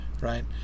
right